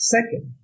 Second